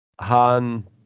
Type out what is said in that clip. Han